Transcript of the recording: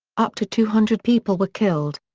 up to two hundred people were killed.